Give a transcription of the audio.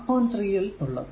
3 യിൽ ഉള്ളത്